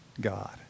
god